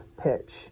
pitch